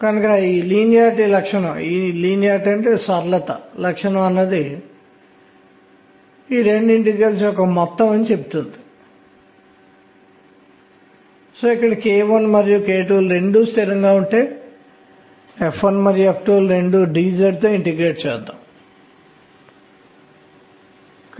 పరిశోధన కోసం సాధనాలు ప్రధానంగా స్పెక్ట్రోస్కోపీ స్పెక్ట్రోస్కోపీ అనేది పరమాణు నిర్మాణాన్ని స్థాయి నిర్మాణాన్ని మనకు అందించిందని గుర్తుంచుకోండి